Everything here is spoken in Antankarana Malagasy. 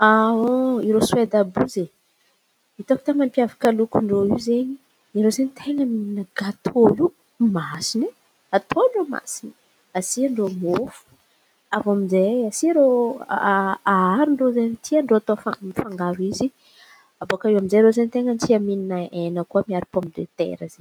irô Soedy àby iô izen̈y hitako ten̈a mampiavaka lokin-drô iô izen̈y irô zen̈y ten̈a mihina gatô iô masin̈ay ataon-drô masin̈y. Asian-drô mofo, aviô aminjay asian-drô a- a- aron-drô izay tian-drô ataon-drô fangaro izy. Bôka eo aminjay irô zen̈y ten̈a tia mihin̈a hena koa miaro pômidetera karà zen̈y.